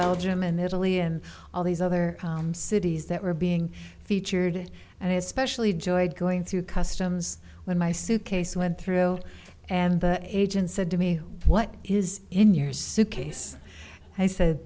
belgium and italy and all these other cities that were being featured and i especially enjoyed going through customs when my suitcase went through and the agent said to me what is in your suitcase i said